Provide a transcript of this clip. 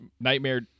nightmare